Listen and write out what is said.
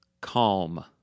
Calm